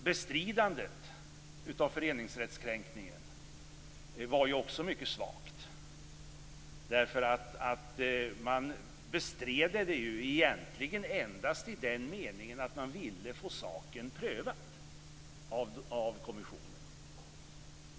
Bestridandet av föreningsrättskränkningen var också mycket svagt. Man bestred det ju egentligen endast i den meningen att man ville få saken prövad av kommissionen.